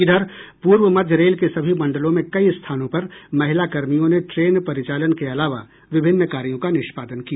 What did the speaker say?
इधर पूर्व मध्य रेल के सभी मंडलों में कई स्थानों पर महिला कर्मियों ने ट्रेन परिचालन के अलावा विभिन्न कार्यों का निष्पादन किया